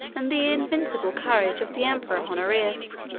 and the invincible courage, of the emperor honorius.